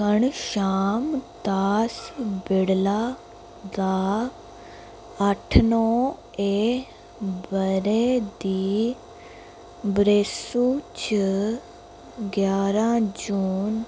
श्याम दास बिड़ला दा अट्ठ नो ए बरे दी बरेसू च ग्यारां जून